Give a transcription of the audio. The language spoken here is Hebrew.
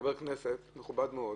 חבר כנסת מכובד מאוד,